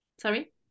sorry